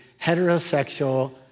heterosexual